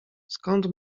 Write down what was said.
skąd